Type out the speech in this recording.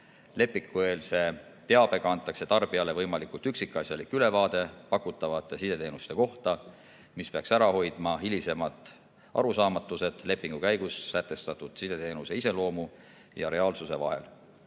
Lepingueelse teabega antakse tarbijale võimalikult üksikasjalik ülevaade pakutavatest sideteenustest, mis peaks ära hoidma hilisemad arusaamatused lepingu käigus sätestatud sideteenuse iseloomu ja reaalsuse vahel.